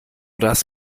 das